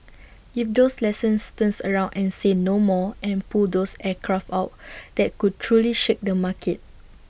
if those lessors turns around and say no more and pull those aircraft out that could truly shake the market